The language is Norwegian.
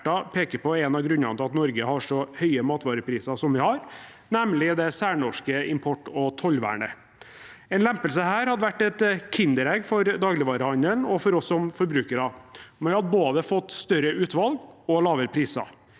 peker på er en av grunnene til at Norge har så høye matvarepriser som vi har, nemlig det særnorske import- og tollvernet. En lempelse her hadde vært et kinderegg for dagligvarehandelen og for oss som forbrukere. Vi ville fått både større utvalg og lavere priser.